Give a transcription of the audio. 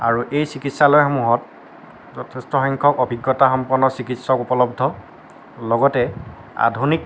আৰু এই চিকিৎসালয়সমূহত যথেষ্ট সংখ্যক অভিজ্ঞতা সম্পন্ন চিকিৎসক উপলব্ধ লগতে আধুনিক